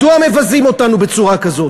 מדוע מבזים אותנו בצורה כזאת?